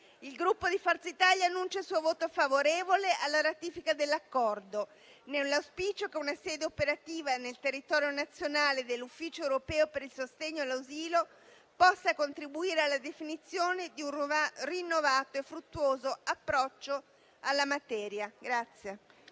Il Gruppo Forza Italia annuncia il suo voto favorevole alla ratifica dell'Accordo, nell'auspicio che una sede operativa nel territorio nazionale dell'Ufficio europeo per il sostegno all'asilo possa contribuire alla definizione di un rinnovato e fruttuoso approccio alla materia.